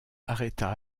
arrêta